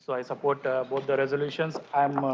so i support resolutions.